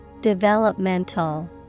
Developmental